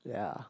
ya